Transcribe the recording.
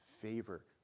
favor